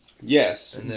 Yes